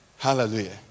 Hallelujah